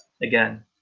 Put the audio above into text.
again